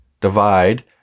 divide